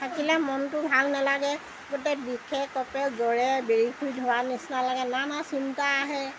থাকিলে মনটো ভাল নেলাগে গোটেই বিষে কঁপে জ্ৱৰে বেৰি ফুৰি ধৰা নিচিনা লাগে নানা চিন্তা আহে